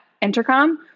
Intercom